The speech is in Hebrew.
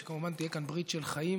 הוא שכמובן תהיה כאן ברית של חיים